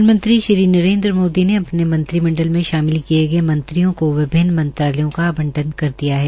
प्रधानमंत्री श्री नरेन्द्र मोदी ने अपने मंत्रिमंडल में शामिल किए गये मंत्रियों को विभिन्न मंत्रालयों का आवंटन कर दिया है